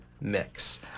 mix